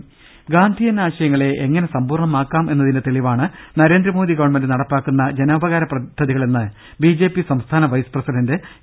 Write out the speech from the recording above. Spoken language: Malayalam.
ൾ ഗാന്ധിയൻ ആശയങ്ങളെ എങ്ങനെ സമ്പൂർണ്ണമാക്കാം എന്ന തിന്റെ തെളിവാണ് നരേന്ദ്രമോദി ഗവൺമെന്റ് നടപ്പാക്കുന്ന ജനോപ കാര പദ്ധതികളെന്ന് ബിജെപി സംസ്ഥാന വൈസ് പ്രസിഡന്റ് എ